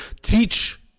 teach